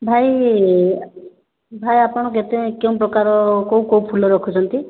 ଭାଇ ଭାଇ ଆପଣ କେତେ କେଉଁ ପ୍ରକାର କେଉଁ କେଉଁ ଫୁଲ ରଖୁଛନ୍ତି